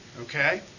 okay